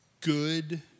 good